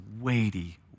weighty